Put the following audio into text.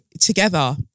together